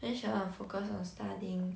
then she want focus on studying